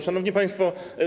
Szanowni Państwo!